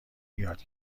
یاد